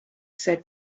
said